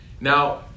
Now